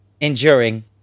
Enduring